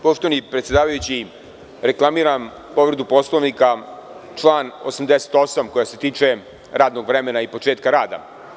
Poštovani predsedavajući, reklamiram povredu Poslovnika član 88. koji se tiče radnog vremena i početka rada.